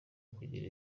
kugira